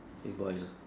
Haig Boys' lah